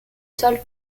solde